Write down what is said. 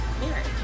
marriage